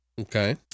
Okay